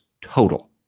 total